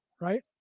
right